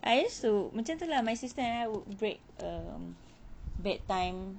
I used to macam tu lah my sister and I would break um bed time